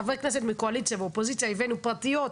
חברי כנסת מקואליציה ואופוזיציה הבאנו הצעות פרטיות,